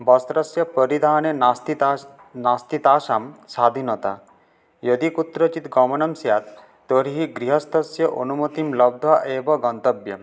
वस्त्रस्य परिधाने नास्ति तास् नास्ति तासां साधीनता यदि कुत्रचित् गमनं स्यात् तर्हि गृहस्थस्य अनुमतिं लब्ध्वा एव गन्तव्यम्